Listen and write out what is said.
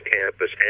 campus